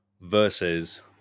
versus